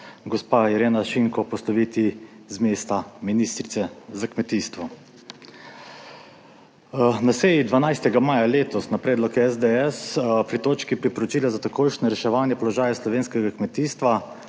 Irena Šinko posloviti z mesta ministrice za kmetijstvo. Na seji 12. maja letos na predlog SDS pri točki Priporočila za takojšnje reševanje položaja slovenskega kmetijstva